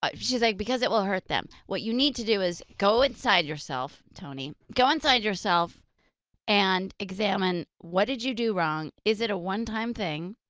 ah she's like, because it will hurt them. what you need to do is go inside yourself, tony, go inside yourself and examine what did you do wrong, is it a one-time thing,